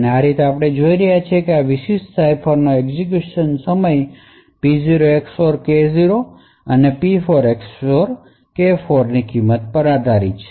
અને આ રીતે આપણે જોઈ રહ્યા છીએ કે આ વિશિષ્ટ સાઇફરનો એક્ઝેક્યુશન સમય P0 XOR K0 અને P4 XOR K4 ની કિંમત પર આધારિત છે